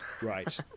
right